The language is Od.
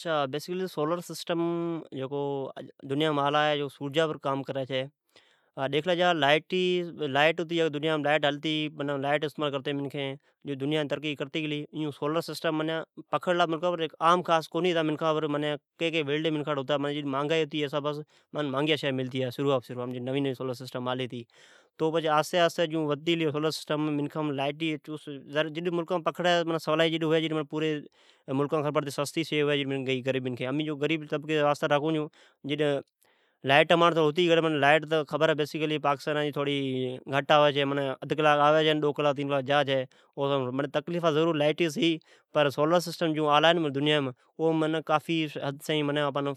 سولر سسٹم دنیا مین آلا ہے جکو سورجا پر کام کری ۔ جڈ لائیٹ ھتی منکھین لائیٹ استعمال کرتی جیون دنیا طریقی کرتی گلی سولر سسٹم بہ طریقی کرتا گلا پکھڑا پر آم منکھین کونی ھتا کین کین وڑلی منکھاٹھ ھتا ۔ جڈ مانغائی ھتی تو مانغیا شیا ملتیاجڈ سولرسسٹم نوی نوی آلی سروع ھتی تو پچھی آھستی آھستی ودتی گلی ظاعرہے جڈ پکھڑ ء جڈملکام ستی ھوی تو غریب منکھین گئی امین غریب تبغی سہ واستا راکھون چھون ۔لائیٹ تو ھتی تمان تہ پاکستان جی لائیٹ جی خبر ہے آدا کلاک آوی ء ڈو تین کلاک جائے تقلیف تو ضرور ہے پر جون سولر سسٹم آوی پلا دنیا اوم قافی